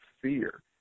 fear